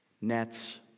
Nets